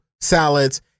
salads